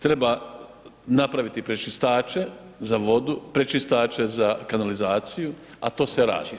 Treba napraviti prečistače za vode, prečistače za kanalizaciju, a to se radi.